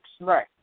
Right